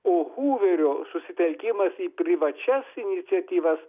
o huverio susitelkimas į privačias iniciatyvas